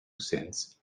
cents